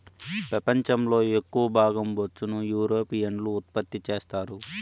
పెపంచం లో ఎక్కవ భాగం బొచ్చును యూరోపియన్లు ఉత్పత్తి చెత్తారు